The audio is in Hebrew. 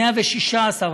מאה ושישה עשר.